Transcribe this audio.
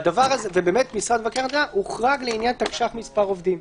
ובאמת משרד מבקר המדינה הוחרג לעניין תקש"ח מספר עובדים.